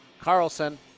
Carlson